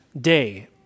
day